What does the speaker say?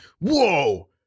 Whoa